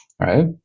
right